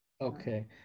Okay